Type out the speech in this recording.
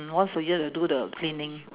once a year you do the cleaning